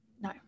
No